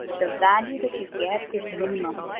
the value that you get is minimum.